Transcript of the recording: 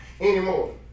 anymore